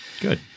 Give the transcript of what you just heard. Good